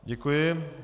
Děkuji.